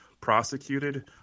prosecuted